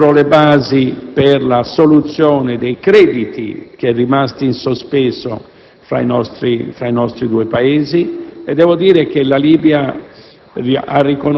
posero le basi per la soluzione dei crediti rimasti in sospeso fra i nostri due Paesi.